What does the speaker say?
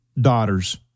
daughters